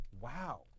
Wow